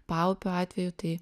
paupio atveju tai